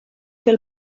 fer